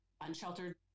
unsheltered